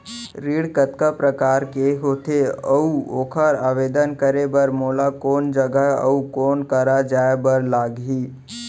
ऋण कतका प्रकार के होथे अऊ ओखर आवेदन करे बर मोला कोन जगह अऊ कोन करा जाए बर लागही?